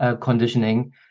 Conditioning